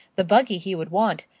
the buggy he would want,